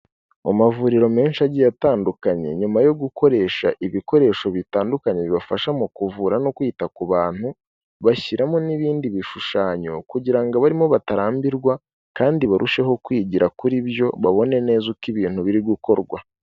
Mu mavuriro menshi agiye atandukanye, nyuma yo gukoresha ibikoresho bitandukanye bibafasha mu kuvura no kwita ku bantu, bashyiramo n'ibindi bishushanyo kugira ngo abarimo batarambirwa kandi barusheho kwigira kuri byo, babone neza uko ibintu biri gukorwa.